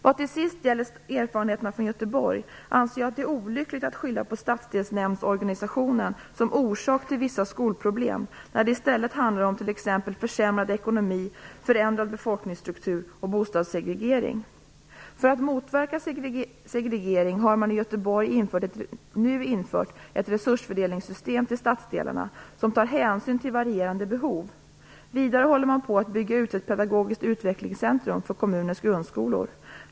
Vad till sist gäller erfarenheterna från Göteborg anser jag att det är olyckligt att skylla på stadsdelnämndsorganisationen som orsak till vissa skolproblem, när det i stället handlar om t.ex. För att motverka segregering har man i Göteborg nu infört ett resursfördelningssystem för stadsdelarna som tar hänsyn till varierande behov. Vidare håller man på att bygga ut ett pedagogiskt utvecklingscentrum för kommunernas grundskolor.